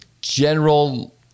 general